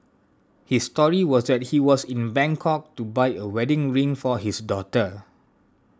his story was that he was in Bangkok to buy a wedding ring for his daughter